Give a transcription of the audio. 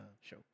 show